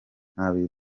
nabo